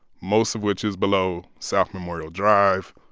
most of which is below south memorial drive,